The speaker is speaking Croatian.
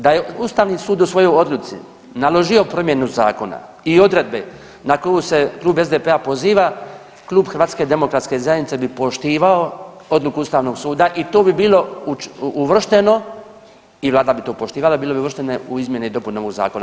Da je Ustavni sud u svojoj odluci naložio promjenu zakona i odredbe na koju se Klub SDP-a poziva, Klub HDZ-a bi poštivao odluku Ustavnog suda i to bi bilo uvršteno i vlada bi to poštivala i bilo bi uvršteno u izmjene i dopune ovog zakona.